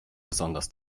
besonders